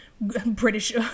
British